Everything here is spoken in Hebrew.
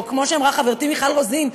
או כמו שאמרה חברתי מיכל רוזין,